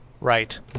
Right